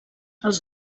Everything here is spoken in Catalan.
els